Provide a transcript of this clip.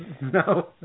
No